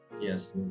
Yes